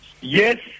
Yes